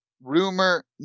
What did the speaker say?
Rumor